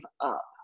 up